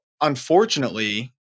unfortunately